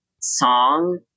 song